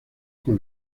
con